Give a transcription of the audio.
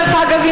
דרך אגב,